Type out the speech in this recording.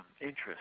interest